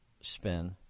spin